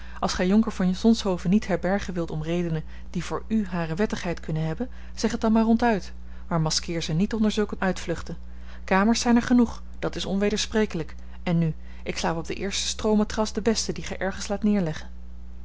als gij jonker van zonshoven niet herbergen wilt om redenen die voor u hare wettigheid kunnen hebben zeg het dan maar ronduit maar maskeer ze niet onder zulke uitvluchten kamers zijn er genoeg dat is onwedersprekelijk en nu ik slaap op de eerste stroomatras de beste die gij ergens laat neerleggen